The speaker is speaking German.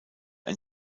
ein